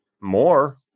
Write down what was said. more